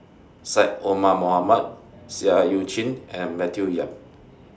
Syed Omar Mohamed Seah EU Chin and Matthew Yap